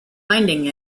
finding